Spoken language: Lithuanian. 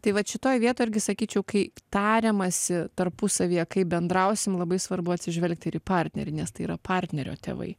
tai vat šitoj vietoj irgi sakyčiau kai tariamasi tarpusavyje kaip bendrausim labai svarbu atsižvelgti ir į partnerį nes tai yra partnerio tėvai